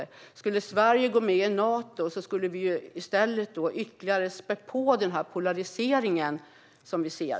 Om Sverige skulle gå med i Nato skulle vi i stället ytterligare spä på den polarisering som vi ser.